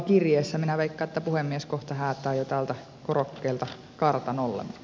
minä veikkaan että puhemies kohta häätää jo täältä korokkeelta kartanolle